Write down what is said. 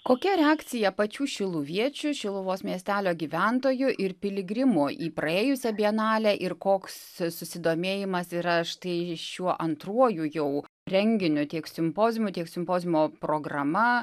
kokia reakcija pačių šiluviečių šiluvos miestelio gyventojų ir piligrimų į praėjusią bienalę ir koks susidomėjimas yra štai šiuo antruoju jau renginiu tiek simpoziumu tiek simpoziumo programa